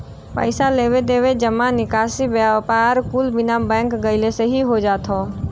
पइसा लेवे देवे, जमा निकासी, व्यापार कुल बिना बैंक गइले से हो जात हौ